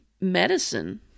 medicine